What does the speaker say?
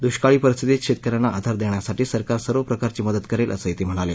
दुष्काळी परिस्थितीत शेतक यांना आधार देण्यासाठी सरकार सर्व प्रकारची मदत करेल असंही ते म्हणाले